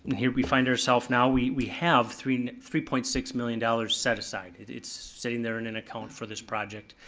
here we find ourself now, we we have three three point six million dollars set aside. it's sitting there in an account for this project.